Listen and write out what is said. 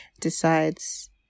decides